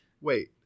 Wait